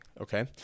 Okay